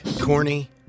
Corny